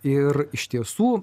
ir iš tiesų